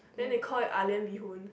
then they call it ah lian bee hoon